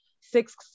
six